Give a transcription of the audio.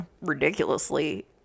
ridiculously